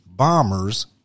Bombers